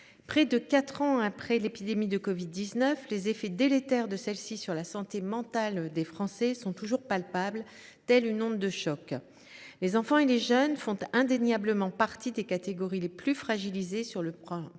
près de quatre ans après l’épidémie de covid 19, les effets délétères de celle ci sur la santé mentale des Français sont toujours palpables, comme ceux d’une onde de choc. Les enfants et les jeunes font indéniablement partie des catégories les plus fragilisées sur le plan